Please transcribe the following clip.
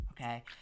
Okay